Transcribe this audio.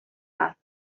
asked